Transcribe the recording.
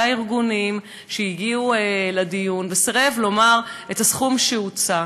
הארגונים שהגיעו לדיון וסירב לומר את הסכום שהוצע,